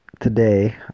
today